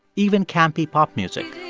even campy pop music